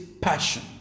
passion